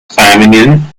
feminine